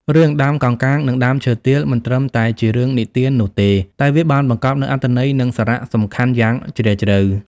រឿង "ដើមកោងកាងនិងដើមឈើទាល" មិនត្រឹមតែជារឿងនិទាននោះទេ តែវាបានបង្កប់នូវអត្ថន័យនិងសារៈសំខាន់យ៉ាងជ្រាលជ្រៅ។